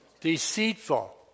Deceitful